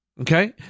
okay